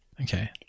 Okay